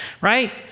right